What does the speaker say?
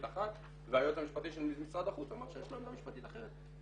אחת והיועץ המשפטי של משרד החוץ אמר שיש לו עמדה משפטית אחרת.